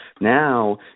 now